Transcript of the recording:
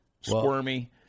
squirmy